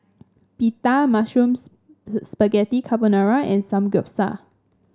Pita Mushroom Spaghetti Carbonara and Samgyeopsal